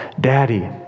daddy